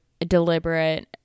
deliberate